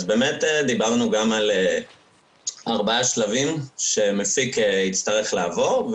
דיברנו גם על ארבע השלבים שמפיק יצטרך לעבור.